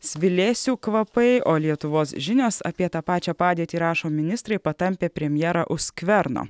svilėsių kvapai o lietuvos žinios apie tą pačią padėtį rašo ministrai patampė premjerą už skverno